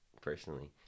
personally